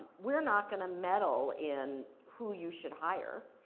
we're not gonna meddle in who you should hire.